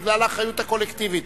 בגלל האחריות הקולקטיבית.